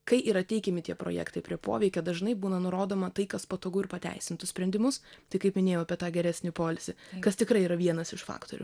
kai yra teikiami tie projektai prie poveikio dažnai būna nurodoma tai kas patogu ir pateisintų sprendimus tai kaip minėjau apie tą geresnį poilsį kas tikrai yra vienas iš faktorių